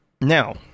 Now